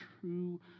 true